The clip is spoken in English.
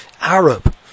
Arab